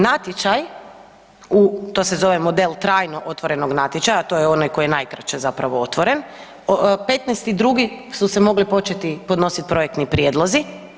Natječaj u, to se zove „model trajno otvorenog natječaja“, a to je onaj koji je najkraće zapravo otvoren, 15.2. su se mogli početi podnosit projektni prijedlozi.